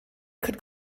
could